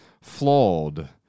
flawed